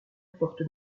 porte